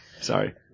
Sorry